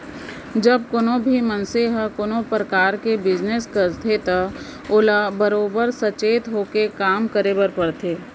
जब कोनों भी मनसे ह कोनों परकार के बिजनेस करथे त ओला बरोबर सचेत होके काम करे बर परथे